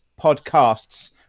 Podcasts